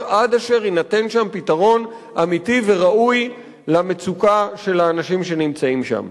עד אשר יינתן שם פתרון אמיתי וראוי למצוקה של האנשים שנמצאים שם.